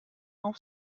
auf